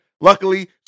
luckily